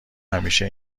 همیشه